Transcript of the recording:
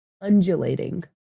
Undulating